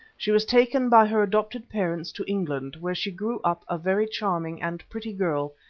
she was taken by her adopted parents to england, where she grew up a very charming and pretty girl,